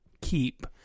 keep